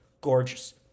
Gorgeous